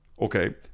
okay